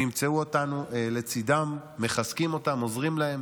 הם ימצאו אותנו לצידם, מחזקים אותם, עוזרים להם